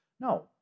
no